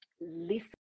listen